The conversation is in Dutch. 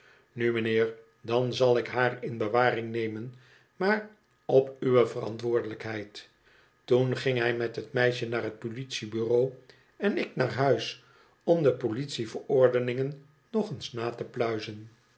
nu mijnheer dan zal ik haar in bewaring nemen maar op uwe verantwoordelijkheid toen ging hij met het meisje naar het politiebureau en ik naar huis om de politie verordeningen nog eens na te pluizen